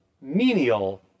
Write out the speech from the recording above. menial